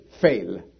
fail